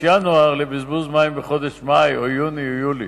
ינואר לבין בזבוז מים בחודש מאי או יוני או יולי.